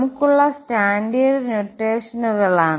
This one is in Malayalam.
നമുക്കുള്ള സ്റ്റാൻഡേർഡ് നോട്ടേഷനുകളാണ്